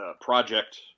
project